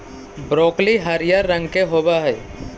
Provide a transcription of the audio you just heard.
broccoli हरियर रंग के होब हई